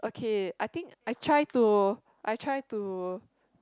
okay I think I try to I try to